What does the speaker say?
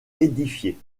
édifiée